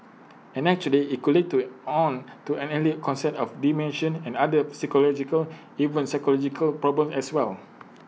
and actually IT could lead to on to early come set of dementia and other psychological even physiological problems as well